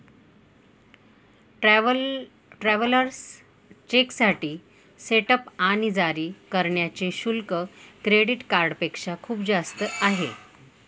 travellers चेकसाठी setup आणि जारी करण्याचे शुल्क क्रेडिट कार्डपेक्षा खूप जास्त आहे